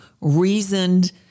reasoned